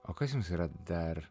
o kas jums yra dar